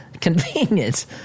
Convenient